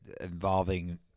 involving